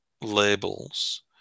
labels